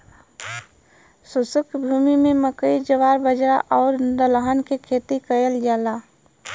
शुष्क भूमि में मकई, जवार, बाजरा आउर दलहन के खेती कयल जाला